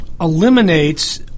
eliminates